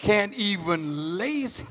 can't even lazy